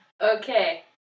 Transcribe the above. Okay